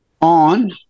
on